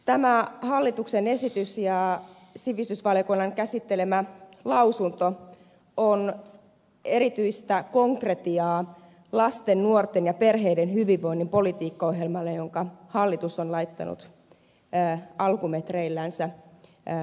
tämä hallituksen esitys ja sivistysvaliokunnan käsittelemä lausunto on erityistä konkretiaa lasten nuorten ja perheiden hyvinvoinnin politiikkaohjelmalle jonka hallitus on laittanut alkumetreillänsä jalalle